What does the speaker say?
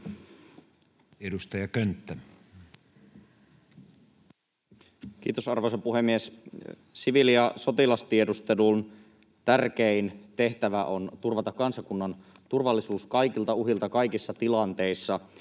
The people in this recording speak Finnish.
Content: Kiitos, arvoisa puhemies! Siviili- ja sotilastiedustelun tärkein tehtävä on turvata kansakunnan turvallisuus kaikilta uhilta kaikissa tilanteissa.